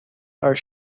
are